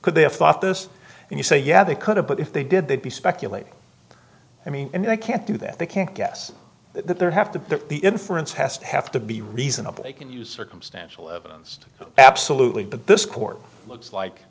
could they have thought this and you say yeah they could have but if they did they'd be speculating i mean and they can't do that they can't guess that there have to the inference has to have to be reasonable they can use circumstantial evidence absolutely but this court looks like